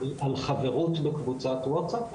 על חברות בקבוצת ווטסאפ?